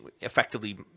effectively